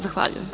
Zahvaljujem.